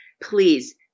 please